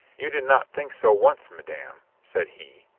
you did not think so once, madame, said he.